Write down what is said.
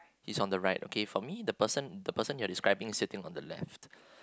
he's on the right okay for me the person the person you are describing is sitting on the left